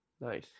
Nice